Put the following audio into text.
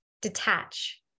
detach